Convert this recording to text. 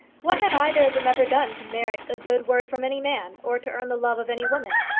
what had either of them ever done to merit a good word from any man, or to earn the love of any woman?